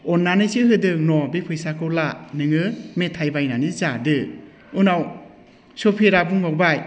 अननानैसो होदों न' बे फैसाखौ ला नोङो मेथाय बायनानै जादो उनाव सफिरा बुंबावबाय